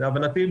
להבנתי,